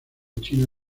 china